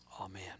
Amen